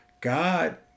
God